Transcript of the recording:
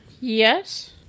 Yes